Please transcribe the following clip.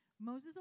Moses